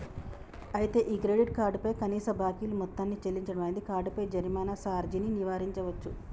అయితే ఈ credit card పై కనీస బాకీలు మొత్తాన్ని చెల్లించడం అనేది కార్డుపై జరిమానా సార్జీని నివారించవచ్చు